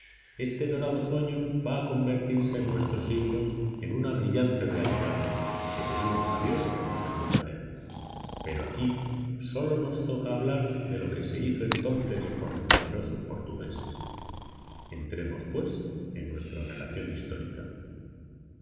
este dorado sueño va a convertirse en nuestro siglo en una brillante realidad que pedimos a dios nos permita ver pero aquí sólo nos toca hablar de lo que se hizo entonces por los valerosos portugueses entremos pues en nuestra relación histórica